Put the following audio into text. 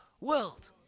world